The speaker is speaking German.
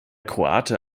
kroate